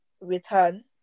return